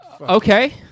Okay